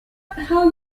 how